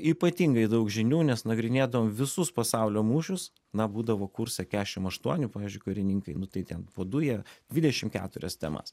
ypatingai daug žinių nes nagrinėdavom visus pasaulio mūšius na būdavo kurse kešim aštuoni pavyzdžiui karininkai nu tai ten po du jie dvidešim keturias temas